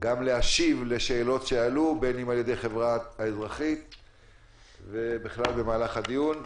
ולהשיב לשאלות שעלו על-ידי החברה האזרחית ובכלל במהלך הדיון.